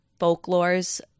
folklores